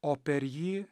o per jį